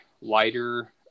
lighter